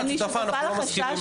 אני שותפה לחשש --- בסדר,